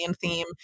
theme